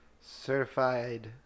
Certified